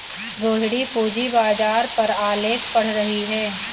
रोहिणी पूंजी बाजार पर आलेख पढ़ रही है